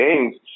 games